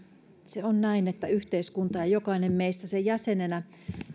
se on näin että yhteiskunta ja jokainen meistä sen jäsenenä